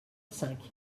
cinq